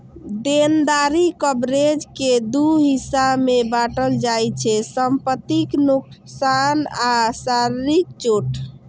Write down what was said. देनदारी कवरेज कें दू हिस्सा मे बांटल जाइ छै, संपत्तिक नोकसान आ शारीरिक चोट